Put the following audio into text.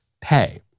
pay